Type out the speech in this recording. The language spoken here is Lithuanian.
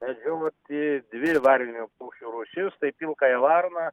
medžioti dvi varninių paukščių rūšis tai pilkąją varną